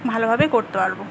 ভালোভাবে করতে পারবো